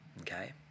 Okay